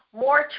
more